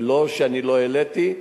ולא שאני לא העליתי,